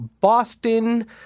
Boston